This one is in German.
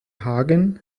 hagen